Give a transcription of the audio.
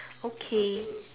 okay